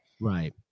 Right